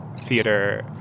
theater